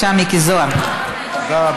התשע"ח 2017,